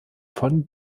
von